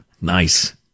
nice